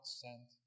sent